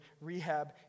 rehab